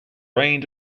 rained